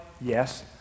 Yes